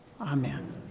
amen